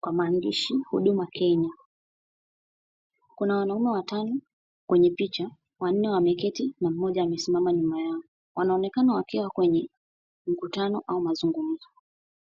kwa maandishi, huduma Kenya. Kuna wanaume watano, kwenye picha, wanne wameketi na mmoja amesimama nyuma yao. Wanaonekana wakiwa kwenye mkutano au mazungumzo.